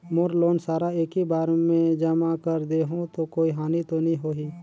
मोर loan सारा एकी बार मे जमा कर देहु तो कोई हानि तो नी होही?